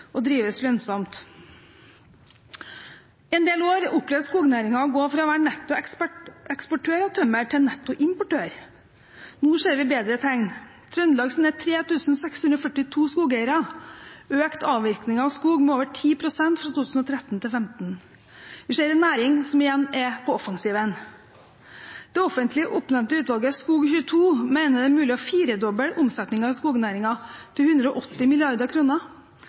og drives lønnsomt. En del år opplevde skognæringen å gå fra å være nettoeksportør av tømmer til å være nettoimportør. Nå ser vi bedre tegn. Trøndelags 3 642 skogeiere har økt avvirkningen av skog med over 10 pst. fra 2013 til 2015. Vi ser en næring som igjen er på offensiven. Det offentlig oppnevnte utvalget SKOG22 mener det er mulig å firedoble omsetningen av skognæringen, til 180